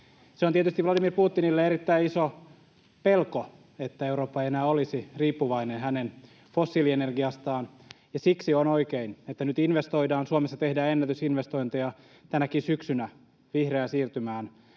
Se on tietysti Vladimir Putinille erittäin iso pelko, että Eurooppa ei enää olisi riippuvainen hänen fossiilienergiastaan, ja siksi on oikein, että nyt investoidaan. Suomessa tehdään ennätysinvestointeja tänäkin syksynä vihreään siirtymään.